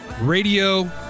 radio